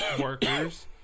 workers